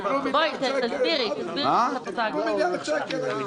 הם קיבלו מיליארד שקל.